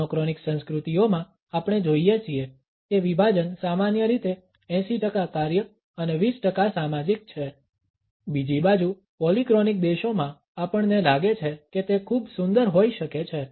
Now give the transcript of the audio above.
monochronic સંસ્કૃતિઓમાં આપણે જોઈએ છીએ કે વિભાજન સામાન્ય રીતે 80 ટકા કાર્ય અને 20 ટકા સામાજિક છે બીજી બાજુ પોલીક્રોનિક દેશોમાં આપણને લાગે છે કે તે ખૂબ સુંદર હોઈ શકે છે